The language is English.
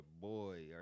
boy